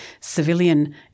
civilian